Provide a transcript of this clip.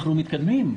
אנחנו מתקדמים.